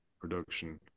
production